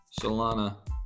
Solana